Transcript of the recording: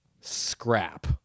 scrap